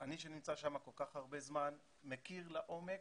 אני שנמצא שם כל כך הרבה זמן מכיר לעומק,